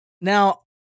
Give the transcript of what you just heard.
Now